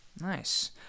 nice